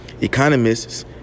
Economists